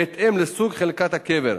בהתאם לסוג חלקת הקבר.